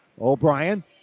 O'Brien